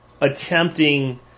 attempting